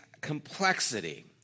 complexity